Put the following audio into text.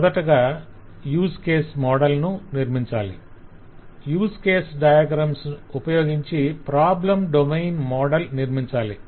మొదటగా use case model ను నిర్మించాలి యూస్ కేసు డయాగ్రమ్స్ ఉపయోగించి ప్రాబ్లం డొమైన్ మోడల్ నిర్మించాలి